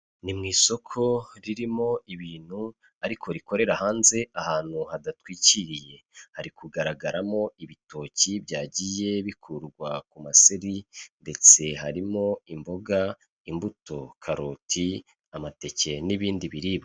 Ni mu isoko ririmo ibintu ariko rikorera hanze ahantu hadatwikiriye, hari kugaragaramo ibitoki byagiye bikurwa ku maseri, ndetse harimo imboga, imbuto, karoti, amateke n'ibindi biribwa.